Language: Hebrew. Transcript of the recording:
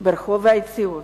גם ברחוב האתיופי,